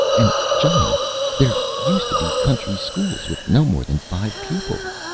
and, johnny there used to be country schools with no more than five pupils.